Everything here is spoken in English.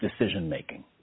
decision-making